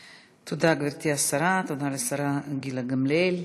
תודה, גברתי השרה גילה גמליאל.